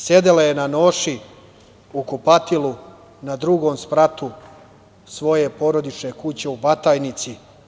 Sedela je na noši u kupatilu na drugom spratu svoje porodične kuće u Batajnici.